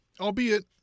albeit